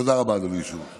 תודה רבה, אדוני היושב-ראש.